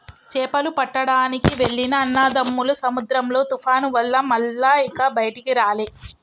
చేపలు పట్టడానికి వెళ్లిన అన్నదమ్ములు సముద్రంలో తుఫాను వల్ల మల్ల ఇక బయటికి రాలే